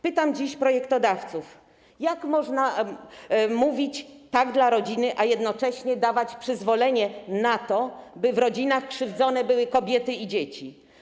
Pytam dziś projektodawców: Jak można mówić: tak dla rodziny, a jednocześnie dawać przyzwolenie na to, by w rodzinach krzywdzone były kobiety i dzieci?